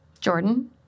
Jordan